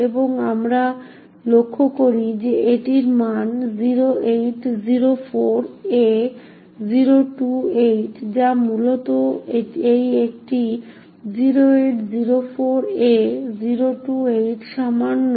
এবং আমরা লক্ষ্য করি যে এটির একটি মান 0804a028 যা মূলত এই একটি 0804a028 সামান্য ইন্ডিয়ান নোটেশনে সাজানো